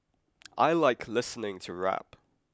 I like listening to rap